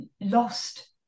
lost